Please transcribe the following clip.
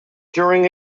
during